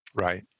right